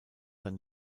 sein